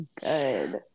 Good